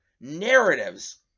narratives